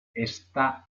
está